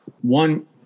one